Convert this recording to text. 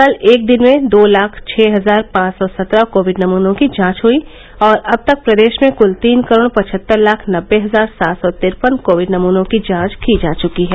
कल एक दिन में दो लाख छः हजार पांच सौ सत्रह कोविड नमूनों की जांच हई और अब तक प्रदेश में क्ल तीन करोड़ पचहत्तर लाख नबे हजार सात सौ तिरपन कोविड नमूनों की जांच की जा चुकी है